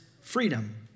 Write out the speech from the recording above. freedom